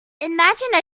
imagine